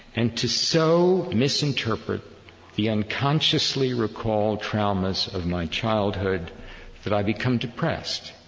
and to so misinterpret the unconsciously recalled traumas of my childhood that i become depressed,